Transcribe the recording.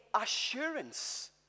assurance